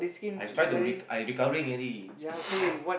I try to I recovering already